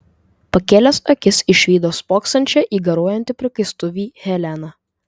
pakėlęs akis išvydo spoksančią į garuojantį prikaistuvį heleną